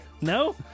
No